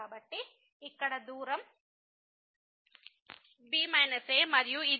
కాబట్టి ఇక్కడ ఈ దూరం b a మరియు ఇది fb f మరియు